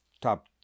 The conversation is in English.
top